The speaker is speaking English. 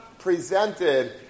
Presented